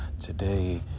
Today